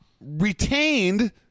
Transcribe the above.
retained